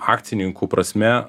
akcininkų prasme